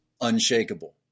unshakable